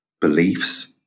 beliefs